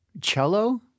cello